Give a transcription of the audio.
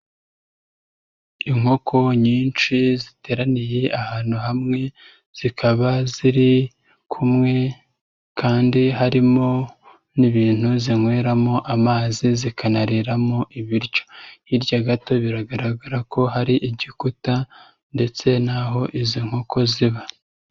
Inkoko nyinshi ziteraniye ahantu hamwe zikaba ziri kumwe kandi harimo n'ibintu zinyweramo amazi zikanariramo ibiryo, hirya gato biragaragara ko hari igikuta ndetse naho izi nkoko ziba.